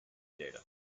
data